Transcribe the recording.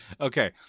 Okay